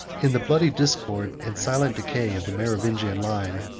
in the bloody discord and silent decay of the merovingian line,